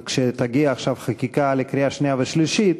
כשתגיע עכשיו חקיקה לקריאה שנייה ושלישית,